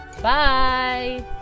Bye